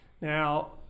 Now